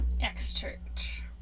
X-Church